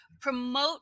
promote